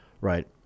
right